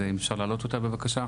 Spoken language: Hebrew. אז אם אפשר להעלות אותה בבקשה.